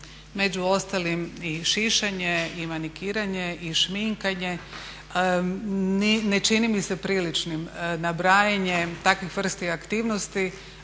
među ostalim i šišanje i manikiranje i šminkanje. Ne čini mi se priličnim nabrajanje takvih vrsti aktivnosti,